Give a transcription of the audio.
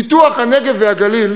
פיתוח הנגב והגליל